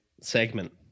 segment